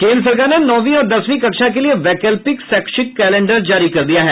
केन्द्र सरकार ने नौंवी और दसवीं कक्षा के लिए वैकल्पित शैक्षिक कैलेंडर जारी कर दिया है